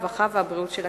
הרווחה והבריאות של הכנסת.